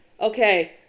Okay